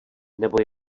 nebo